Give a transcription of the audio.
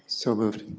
so moved.